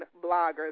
Bloggers